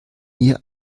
mir